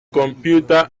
computer